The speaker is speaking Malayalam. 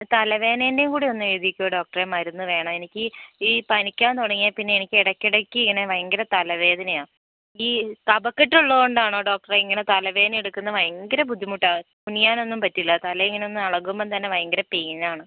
തലവേദനേന്റെ കൂടെ ഒന്നെഴുതിക്കോ ഡോക്ടറേ മരുന്ന് വേണം എനിക്ക് ഈ പനിക്കാൻ തുടങ്ങിയതിൽപിന്നെ എനിക്ക് ഇടക്കിടക്ക് ഇങ്ങനെ ഭയങ്കര തലവേദനയാണ് ഈ കഫക്കെട്ടുള്ളതുകൊണ്ടാണോ ഡോക്ടറേ ഇങ്ങനെ തലവേദനയെടുക്കുന്നത് ഭയങ്കര ബുദ്ധിമുട്ടാണ് കുനിയാനൊന്നും പറ്റില്ല തലയങ്ങനൊന്നു ഇളകുമ്പോൾ തന്നെ ഭയങ്കര പെയിൻ ആണ്